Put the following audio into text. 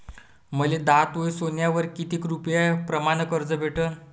मले दहा तोळे सोन्यावर कितीक रुपया प्रमाण कर्ज भेटन?